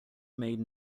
made